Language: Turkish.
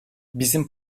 bizim